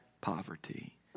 poverty